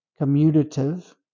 commutative